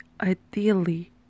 ideally